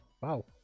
wow